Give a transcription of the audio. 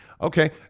Okay